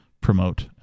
Promote